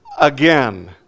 again